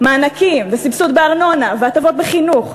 מענקים וסבסוד בארנונה והטבות בחינוך?